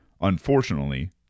Unfortunately